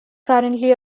currently